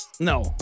No